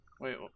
Wait